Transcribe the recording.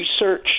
research